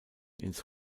ins